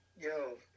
Yo